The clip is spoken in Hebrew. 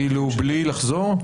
בלי לחזור?